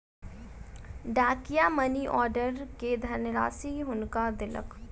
डाकिया money order के धनराशि हुनका देलक